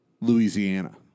Louisiana